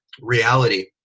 reality